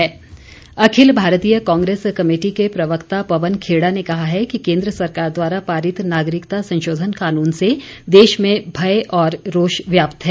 पवन Khera Akhil Bharatiya Congress committee के प्रवक्ता पवन खेड़ा ने कहा है कि केन्द्र सरकार द्वारा पारित नागरिकता संशोधन कानून से देश में भय और रोष व्याप्त है